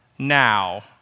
Now